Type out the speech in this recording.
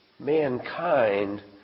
Mankind